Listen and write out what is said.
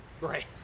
Right